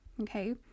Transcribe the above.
Okay